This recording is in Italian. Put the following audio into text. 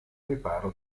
riparo